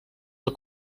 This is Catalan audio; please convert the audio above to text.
del